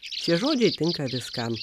šie žodžiai tinka viskam